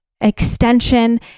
extension